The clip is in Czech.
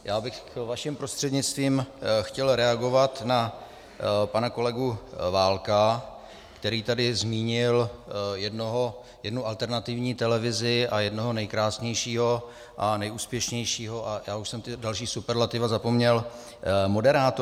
Já bych vaším prostřednictvím chtěl reagovat na pana kolegu Válka, který tady zmínil jednu alternativní televizi a jednoho nejkrásnějšího a nejúspěšnějšího, a já už jsem ta další superlativa zapomněl, moderátora.